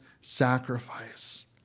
sacrifice